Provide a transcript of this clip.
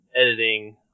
editing